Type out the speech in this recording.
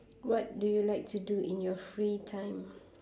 what do you like to do in your free time